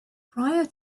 prior